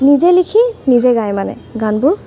নিজে লিখি নিজে গায় মানে গানবোৰ